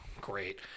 great